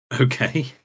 Okay